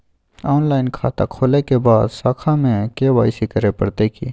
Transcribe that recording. Online खाता खोलै के बाद शाखा में के.वाई.सी करे परतै की?